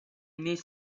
niece